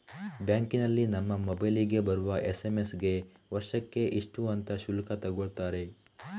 ಬ್ಯಾಂಕಿನಲ್ಲಿ ನಮ್ಮ ಮೊಬೈಲಿಗೆ ಬರುವ ಎಸ್.ಎಂ.ಎಸ್ ಗೆ ವರ್ಷಕ್ಕೆ ಇಷ್ಟು ಅಂತ ಶುಲ್ಕ ತಗೊಳ್ತಾರೆ